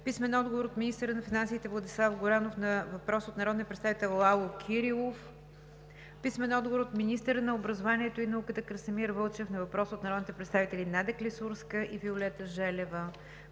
Данчев; - министъра на финансите Владислав Горанов на въпрос от народния представител Лало Кирилов; - министъра на образованието и науката Красимир Вълчев на въпрос от народните представители Надя Клисурска и Виолета Желева;